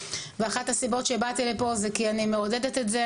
ואחת הסיבות שבאתי לפה זה כי אני מעודדת את זה.